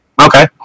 Okay